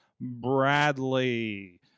Bradley